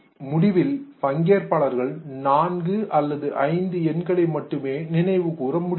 முடிவில் பங்கேற்பாளர்கள் நான்கு அல்லது ஐந்து எண்களை மட்டுமே நினைவு கூற முடிந்தது